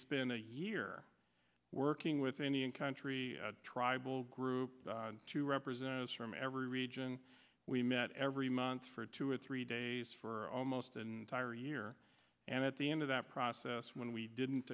spent a year working with indian country tribal groups to representatives from every region we met every month for two or three days for almost an entire year and at the end of that process when we didn't